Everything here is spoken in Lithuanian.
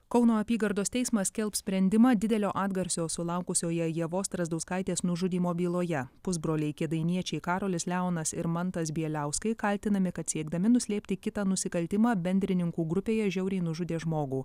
kauno apygardos teismas skelbs sprendimą didelio atgarsio sulaukusioje ievos strazdauskaitės nužudymo byloje pusbroliai kėdainiečiai karolis leonas ir mantas bieliauskai kaltinami kad siekdami nuslėpti kitą nusikaltimą bendrininkų grupėje žiauriai nužudė žmogų